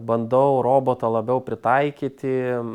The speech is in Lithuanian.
bandau robotą labiau pritaikyti